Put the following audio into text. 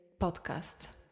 Podcast